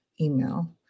email